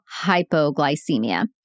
hypoglycemia